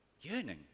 yearning